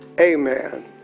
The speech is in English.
Amen